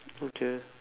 okay